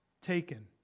taken